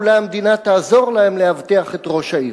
אולי המדינה תעזור להן לאבטח את ראש העיר.